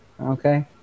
Okay